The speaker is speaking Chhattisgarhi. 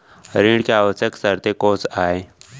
ऋण के आवश्यक शर्तें कोस आय?